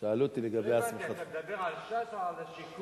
אתה מדבר על ש"ס או על השיכון?